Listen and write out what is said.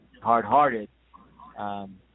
hard-hearted